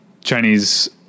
Chinese